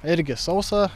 irgi sausa